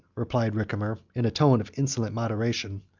replied ricimer, in a tone of insolent moderation,